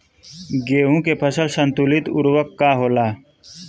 गेहूं के फसल संतुलित उर्वरक का होला?